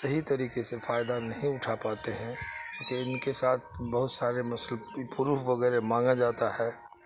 صحیح طریقے سے فائدہ نہیں اٹھا پاتے ہیں کیونکہ ان کے ساتھ بہت سارے پروف وغیرہ مانگا جاتا ہے